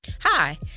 Hi